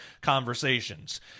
conversations